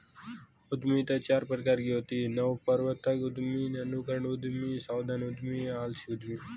उद्यमिता चार प्रकार की होती है नवप्रवर्तक उद्यमी, अनुकरणीय उद्यमी, सावधान उद्यमी, आलसी उद्यमी